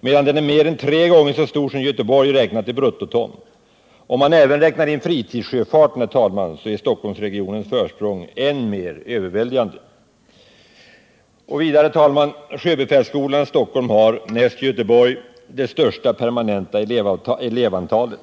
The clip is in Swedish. medan den är mer än tre gånger så stor som Göteborgs räknat i bruttoton. Om man även räknar in fritidssjöfarten, herr talman, så är Stockholmsregionens försprång än mer överväldigande. Vidare har sjöbefälsskolan i Stockholm näst Göteborg det största permanenta elevantalet.